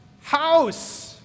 house